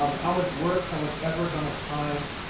um how much work, how much effort, how much time,